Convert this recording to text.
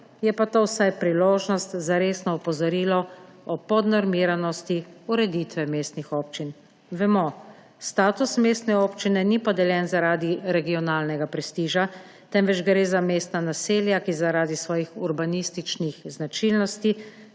Je pa to vsaj priložnost za resno opozorilo o podnormiranosti ureditve mestnih občin. Vemo, status mestne občine ni podeljen zaradi regionalnega prestiža, temveč gre za mestna naselja, ki zaradi svojih urbanističnih značilnosti